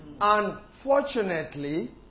Unfortunately